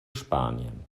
spanien